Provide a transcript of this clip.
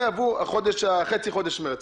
זה עבור חצי חודש מרץ,